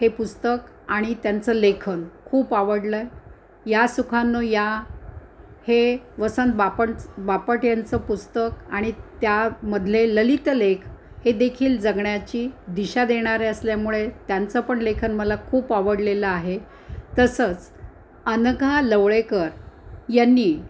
हे पुस्तक आणि त्यांचं लेखन खूप आवडलं या सुखांनो या हे वसंत बापट बापट यांचं पुस्तक आणि त्यामधले ललित लेख हे देखील जगण्याची दिशा देणारे असल्यामुळे त्यांचं पण लेखन मला खूप आवडलेलं आहे तसंच अनघा लवळेकर यांनी